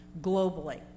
globally